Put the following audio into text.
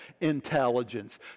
intelligence